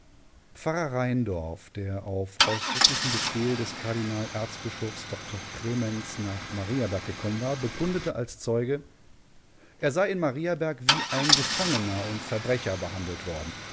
pfarrer rheindorf der auf ausdrücklichen befehl des kardinal erzbischofs dr krementz nach mariaberg gekommen war bekundete als zeuge er sei in mariaberg wie ein gefangener und verbrecher behandelt worden